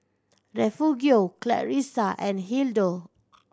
Refugio Clarissa and Hildur